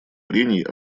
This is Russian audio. прений